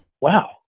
Wow